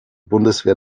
bundeswehr